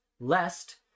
lest